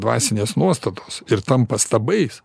dvasinės nuostatos ir tampa stabais